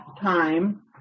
time